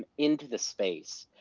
into the space,